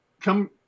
come